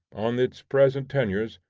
on its present tenures,